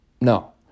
no